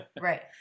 Right